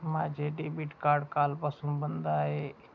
माझे debit card कालपासून बंद आहे